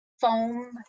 foam